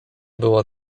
było